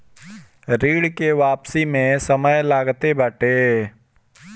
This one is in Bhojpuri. ऋण के वापसी में समय लगते बाटे